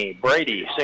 Brady